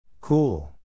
Cool